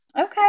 Okay